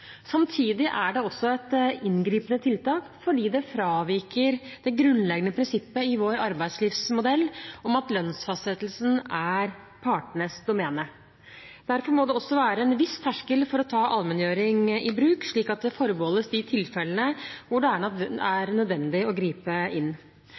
Samtidig er det et inngripende tiltak, fordi det fraviker det grunnleggende prinsippet i vår arbeidslivsmodell om at lønnsfastsettelsen er partenes domene. Derfor må det også være en viss terskel for å ta allmenngjøring i bruk, slik at det forbeholdes de tilfellene hvor det er